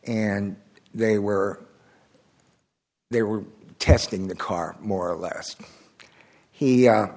and they were they were testing the car more or less he